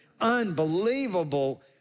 unbelievable